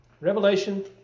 Revelation